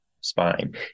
spine